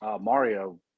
Mario